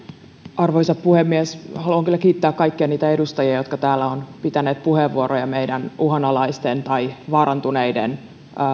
arvoisa puhemies haluan kyllä kiittää kaikkia niitä edustajia jotka täällä ovat pitäneet puheenvuoroja meidän uhanalaisten tai vaarantuneiden